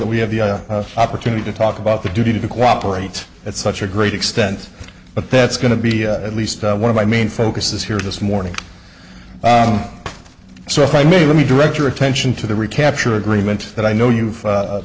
that we have the opportunity to talk about the duty to cooperate at such a great extent but that's going to be at least one of my main focuses here this morning so if i may let me direct your attention to the recapture agreement that i know you